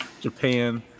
Japan